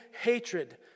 hatred